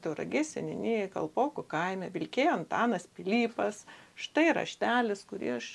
tauragės seniūnijoje kalpokų kaime vilkėjo antanas pilypas štai raštelis kurį aš